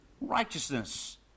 righteousness